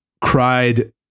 cried